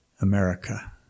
America